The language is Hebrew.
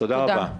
תודה רבה.